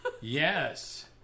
Yes